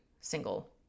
single